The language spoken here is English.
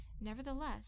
Nevertheless